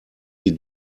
die